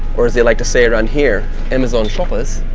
or as they like to say it on here, amazon shoppers